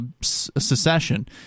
secession